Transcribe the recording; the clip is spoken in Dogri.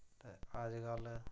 ते अज्जकल